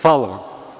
Hvala vam.